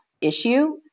issue